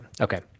Okay